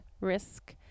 risk